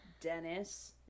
Dennis